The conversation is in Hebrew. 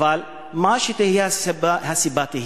אבל תהיה מה שתהיה הסיבה,